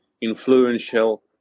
influential